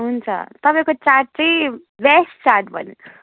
हुन्छ तपाईँको चाट चाहिँ बेस्ट चाट भन्